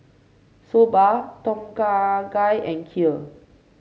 Soba Tom Kha Gai and Kheer